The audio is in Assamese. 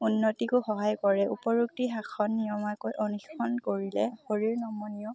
উন্নতিকো সহায় কৰে উপৰোক্তি শাসন নিয়মাকৈ অনুসৰণ কৰিলে শৰীৰ নমনীয়